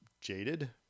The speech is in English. jaded